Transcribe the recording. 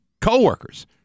coworkers